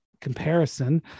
comparison